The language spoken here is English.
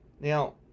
Now